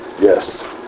Yes